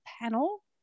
panel